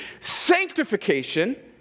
sanctification